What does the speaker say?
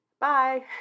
bye